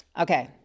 okay